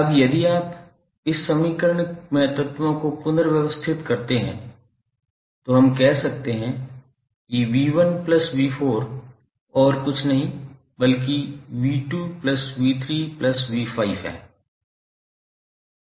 अब यदि आप इस समीकरण में तत्वों को पुनर्व्यवस्थित करते हैं तो हम कह सकते हैं कि v1 v4 और कुछ नहीं बल्कि v2 v3 v5 है